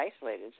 isolated